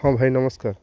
ହଁ ଭାଇ ନମସ୍କାର